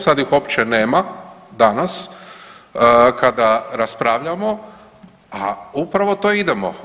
Sad ih uopće nema danas kada raspravljamo, a upravo to idemo.